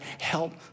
help